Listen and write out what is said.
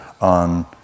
on